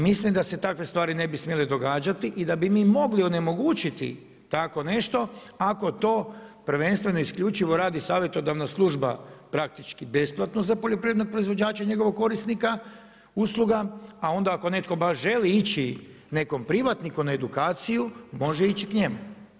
Mislim da se takve stvari ne bi smjele događati i da bi mi mogli onemogućiti tako nešto ako to prvenstveno isključivo radi savjetodavna služba praktički besplatno za poljoprivredne proizvođače i njegovog korisnika usluga, a onda ako netko baš želi ići nekom privatniku na edukaciju, može ići k njemu.